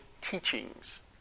teachings